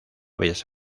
bellas